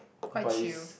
quite chill